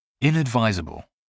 Inadvisable